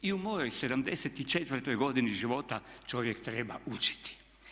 I u mojoj 74. godini života čovjek treba učiti.